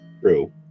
True